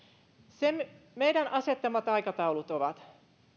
meidän asettamamme aikataulut ovat seuraavat